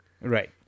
Right